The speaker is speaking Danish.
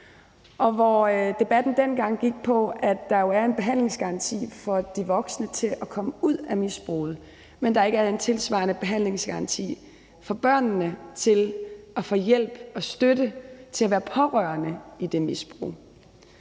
misbrug. Debatten gik dengang på, at der jo var en behandlingsgaranti for de voksne til at komme ud af misbruget, men at der ikke var en tilsvarende behandlingsgaranti for børnene til at få hjælp og støtte til at være pårørende i en familie